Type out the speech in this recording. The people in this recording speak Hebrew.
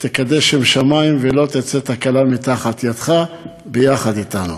שתקדש שם שמים ולא תצא תקלה מתחת ידיך, ביחד אתנו.